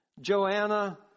Joanna